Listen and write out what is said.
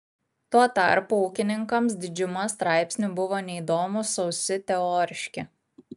tuo tarpu ūkininkams didžiuma straipsnių buvo neįdomūs sausi teoriški